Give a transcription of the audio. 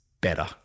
better